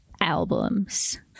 albums